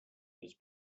was